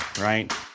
right